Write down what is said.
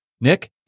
Nick